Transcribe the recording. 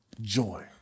joy